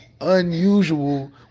unusual